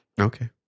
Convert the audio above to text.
Okay